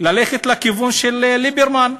ללכת לכיוון של ליברמן,